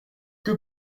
que